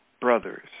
brothers